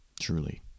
Truly